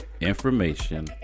Information